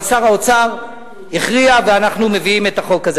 אבל שר האוצר הכריע, ואנחנו מביאים את החוק הזה.